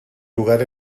lugar